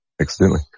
accidentally